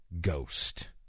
ghost